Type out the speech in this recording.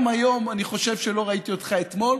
גם היום אני חושב שלא ראיתי אותך אתמול.